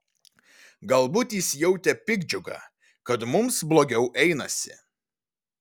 galbūt jis jautė piktdžiugą kad mums blogiau einasi